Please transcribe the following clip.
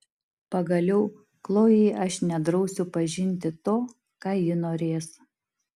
pagaliau chlojei aš nedrausiu pažinti to ką ji norės